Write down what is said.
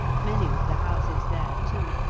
many of the houses there, too,